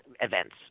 events